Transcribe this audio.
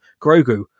Grogu